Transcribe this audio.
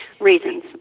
reasons